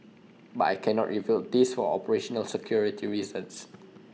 but I cannot reveal this for operational security reasons